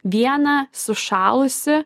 vieną sušalusį